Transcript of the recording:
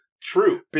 True